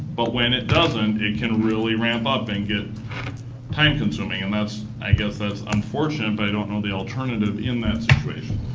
but when it doesn't, i can really ramp up and get time-consuming. and that's, i guess, that's unfortunate but i don't know the alternative in that situation.